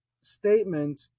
statement